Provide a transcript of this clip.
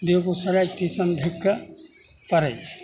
बेगुसराय टीसन धरि कऽ पड़ैत छै